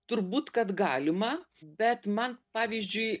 turbūt kad galima bet man pavyzdžiui